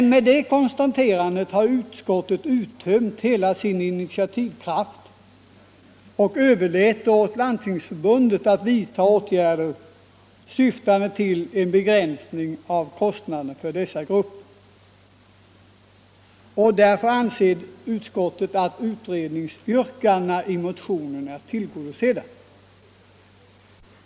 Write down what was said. Med det konstaterandet har utskottet dock uttömt hela sin initiativkraft och överlåter till Landstingsförbundet att vidtaga åtgärder syftande till en begränsning av kostnaderna för dessa grupper. Utskottet anser därmed att utredningsyrkandena i motionerna är tillgodosedda.